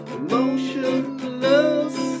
emotionless